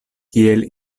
kiel